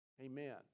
Amen